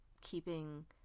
Keeping